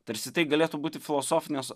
tarsi tai galėtų būti filosofinės